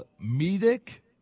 Medic